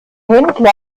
händler